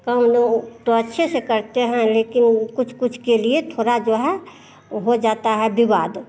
कौनो तो अच्छे से कटते हैं लेकिन कुछ कुछ के लिए थोड़ा जो है ओ हो जाता है विवाद